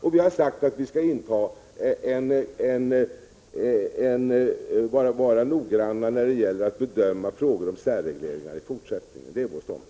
Vi har också sagt att vi i fortsättningen skall vara noggranna när det gäller att bedöma frågor om särregleringar. Detta är vår ståndpunkt.